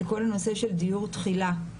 על כל הנושא של דיור תחילה.